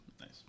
Nice